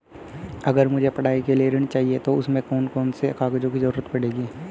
अगर मुझे पढ़ाई के लिए ऋण चाहिए तो उसमें कौन कौन से कागजों की जरूरत पड़ेगी?